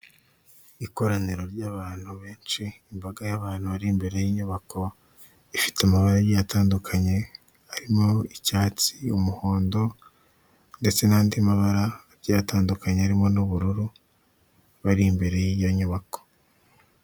Ikoraniro ry'abantu benshi imbaga y'abantu iri imbere y'inyubako ifite amabara agiye atandukanye arimo icyatsi, umuhondo ndetse n'andi mabara agiye atandukanye harimo n'ubururu bari imbere y'iyo nyubako.